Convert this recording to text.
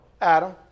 Adam